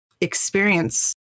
experience